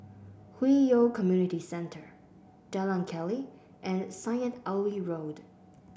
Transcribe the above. Hwi Yoh Community Centre Jalan Keli and Syed Alwi Road